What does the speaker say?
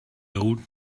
old